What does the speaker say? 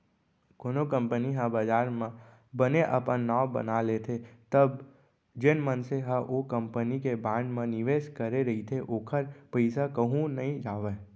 कोनो कंपनी ह बजार म बने अपन नांव बना लेथे तब जेन मनसे ह ओ कंपनी के बांड म निवेस करे रहिथे ओखर पइसा कहूँ नइ जावय